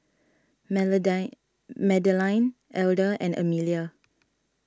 Madeleine Elder and Emelia